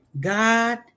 God